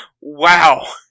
wow